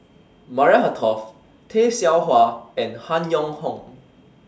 Maria Hertogh Tay Seow Huah and Han Yong Hong